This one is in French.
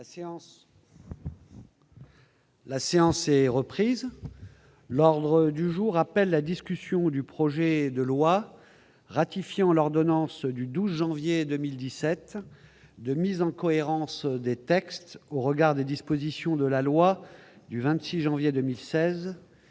La séance est reprise, l'ordre du jour appelle la discussion du projet de loi ratifiant l'ordonnance du 12 janvier 2017 de mise en cohérence des textes au regard des dispositions de la loi du 26 janvier 2016